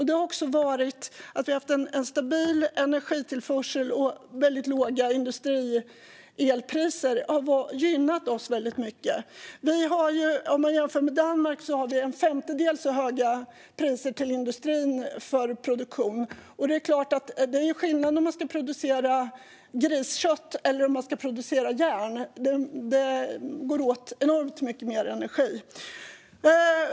Det har också varit så att vi har haft en stabil energitillförsel och väldigt låga industrielpriser, vilket har gynnat oss väldigt mycket - jämfört med Danmark har vi en femtedel så höga priser till industrin för produktion. Det är klart att det är skillnad mellan att producera griskött och att producera järn; det går åt enormt mycket mer energi.